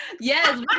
Yes